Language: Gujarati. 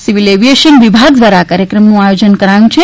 સિવિલ એવીએશન વિભાગ દ્વારા આ કાર્યક્રમનુ આયોજન કરાયું છે